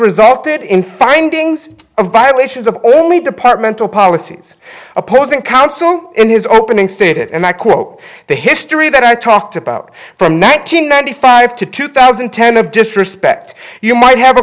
resulted in findings of violations of only departmental policies opposing counsel in his opening statement and i quote the history that i talked about from nineteen ninety five to two thousand and ten the disrespect you might have a